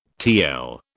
tl